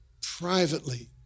privately